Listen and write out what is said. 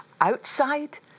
outside